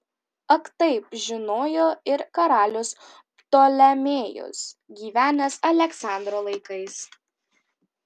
ak taip žinojo ir karalius ptolemėjus gyvenęs aleksandro laikais